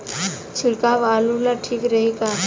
छिड़काव आलू ला ठीक रही का?